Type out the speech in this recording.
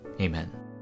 Amen